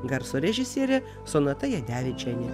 garso režisierė sonata jadevičienė